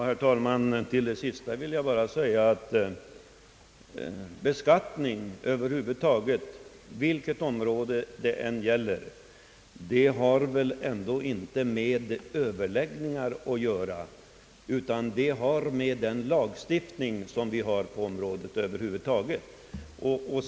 Herr talman! Till det sista vill jag bara genmäla, att beskattningen över huvud taget, vilket område det än gäller, inte har något samband med överläggningar som kan förekomma, utan är beroende av den lagstiftning som finns på området i fråga.